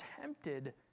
tempted